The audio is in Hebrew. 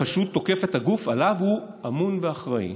החשוד תוקף את הגוף שעליו הוא אמון ואחראי,